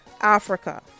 Africa